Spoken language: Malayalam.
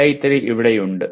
AI3 ഇവിടെയുണ്ട്